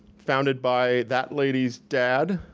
founded by that lady's dad.